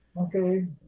Okay